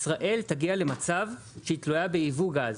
ישראל תגיע למצב שהיא תלויה ביבוא גז?